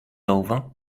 over